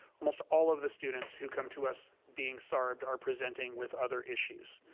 most all of the students who come to us being sarbed are presenting with other issues.